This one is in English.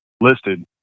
listed